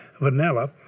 vanilla